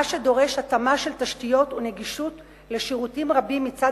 מה שדורש התאמה של תשתיות ונגישות לשירותים רבים מצד